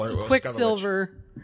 Quicksilver